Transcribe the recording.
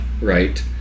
right